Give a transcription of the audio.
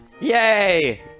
Yay